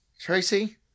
Tracy